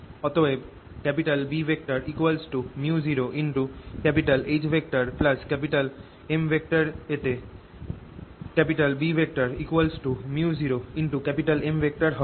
অতএব B µ0HM তে B µ0M হবে